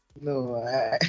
no